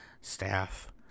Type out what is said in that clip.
staff